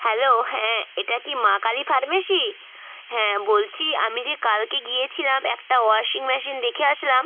hello হ্যাঁ এটা কি মা কালী ফার্মেসি হ্যাঁ বলছি আমি যে কালকে গিয়েছিলাম একটা ওয়াশিং মেশিন দেখে আসলাম